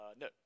no